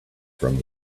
from